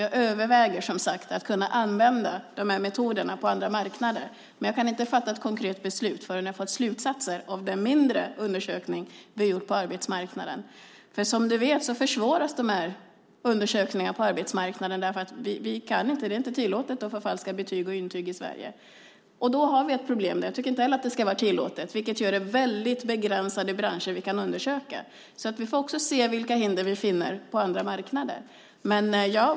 Jag överväger som sagt att använda de här metoderna på andra marknader, men jag kan inte fatta ett konkret beslut förrän jag har fått slutsatserna av den mindre undersökning vi har gjort på arbetsmarknaden. Som du vet försvåras de här undersökningarna på arbetsmarknaden genom att det inte är tillåtet att förfalska betyg och intyg i Sverige. Där har vi ett problem. Jag tycker inte heller att det ska vara tillåtet. Det gör att det är väldigt begränsade branscher vi kan undersöka. Vi får också se vilka hinder vi finner på andra marknader.